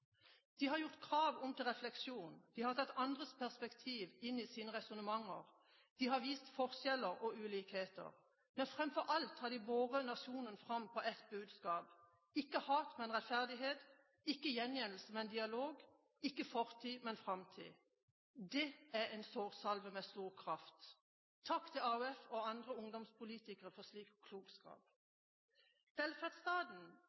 De har gjort krav om til refleksjon, de har tatt andres perspektiv inn i sine resonnementer, de har vist forskjeller og ulikheter, men framfor alt har de båret nasjonen fram på ett budskap: ikke hat, men rettferdighet – ikke gjengjeldelse, men dialog – ikke fortid, men framtid. Det er en sårsalve med stor kraft. Takk til AUF og andre ungdomspolitikere for